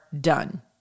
done